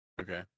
okay